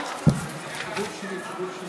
אבל אצלכם יש מוסר כפול,